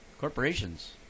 corporations